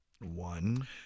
one